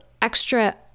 extra